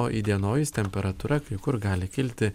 o įdienojus temperatūra kai kur gali kilti